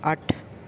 ਅੱਠ